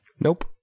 Nope